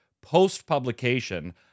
post-publication